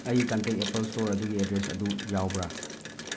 ꯑꯩꯒꯤ contact Apple store ꯑꯗꯨꯒꯤ address ꯑꯗꯨ ꯌꯥꯎꯕ꯭ꯔꯥ